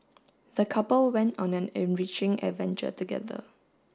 the couple went on an enriching adventure together